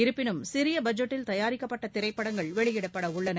இருப்பினும் சிறிய பட்ஜெட்டில் தயாரிக்கப்பட்ட திரைப்படங்கள் வெளியிடப்பட உள்ளன